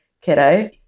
kiddo